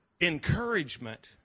encouragement